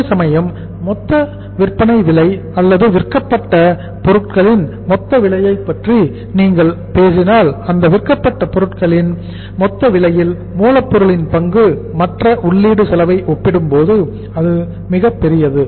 அதேசமயம் மொத்த விற்பனை விலை அல்லது விற்கப்பட்ட பொருட்களின் மொத்த விலையை பற்றி நீங்கள் பேசினால் அந்த விற்கப்பட்ட பொருட்களின் மொத்த விலையில் மூலப் பொருளின் பங்கு மற்ற உள்ளீடு செலவை ஒப்பிடும்போது அது மிகப் பெரியது